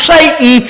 Satan